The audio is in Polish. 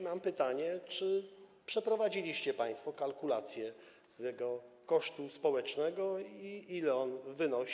Mam pytania, czy przeprowadziliście państwo kalkulację tego kosztu społecznego i ile on wynosi.